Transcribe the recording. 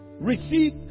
Receive